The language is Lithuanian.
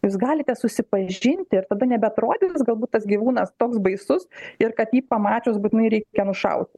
jūs galite susipažinti ir tada nebeatrodys galbūt tas gyvūnas toks baisus ir kad jį pamačius būtinai reikia nušauti